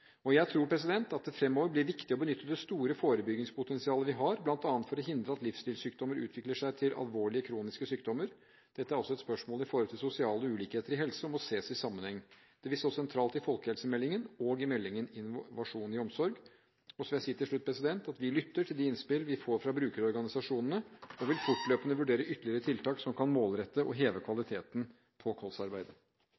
diabetespasienter. Jeg tror at det fremover blir viktig å benytte det store forebyggingspotensialet vi har, bl.a. for å hindre at livsstilssykdommer utvikler seg til alvorlige kroniske sykdommer. Dette er også et spørsmål som gjelder sosiale ulikheter i helse, og må ses i sammenheng. Det vil stå sentralt i folkehelsemeldingen og i meldingen om innovasjon i omsorg. Jeg vil til slutt si at vi lytter til de innspill vi får fra brukerorganisasjonene, og vi vil fortløpende vurdere ytterligere tiltak som kan målrette og heve